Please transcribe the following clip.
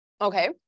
Okay